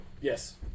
Yes